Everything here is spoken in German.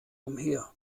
umher